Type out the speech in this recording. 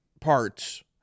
parts